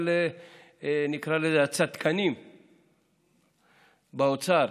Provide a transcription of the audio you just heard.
אבל הצדקנים באוצר,